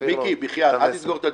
מיקי, אל תסגור את הדיונים.